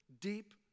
deep